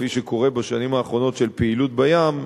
כפי שקורה בשנים האחרונות בפעילות בים,